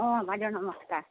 অঁ বাইদেউ নমস্কাৰ